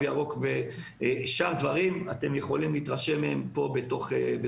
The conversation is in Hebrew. ירוק ושאר דברים שאתם יכולים להתרשם מהם בשקף.